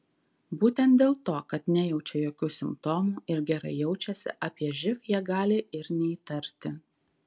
būtent dėl to kad nejaučia jokių simptomų ir gerai jaučiasi apie živ jie gali ir neįtarti